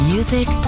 Music